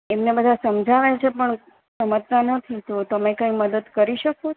એમણે બધા સમજાવે છે પણ સમજતા નથી તો તમે કઈ મદદ કરી શકો